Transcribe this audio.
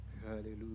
hallelujah